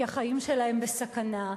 כי החיים שלהן בסכנה.